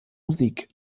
musik